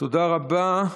תודה רבה.